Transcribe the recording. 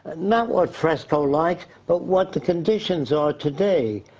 not what fresco likes but what the conditions are today.